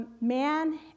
man